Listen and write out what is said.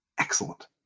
Excellent